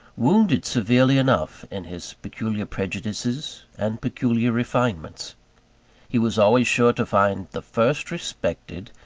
wounded severely enough in his peculiar prejudices and peculiar refinements he was always sure to find the first respected,